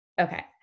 Okay